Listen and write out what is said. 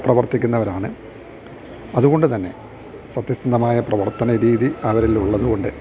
പ്രവർത്തിക്കുന്നവരാണ് അതുകൊണ്ട് തന്നെ സത്യസന്ധമായ പ്രവർത്തനരീതി അവരിൽ ഉള്ളതുകൊണ്ട്